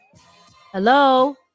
Hello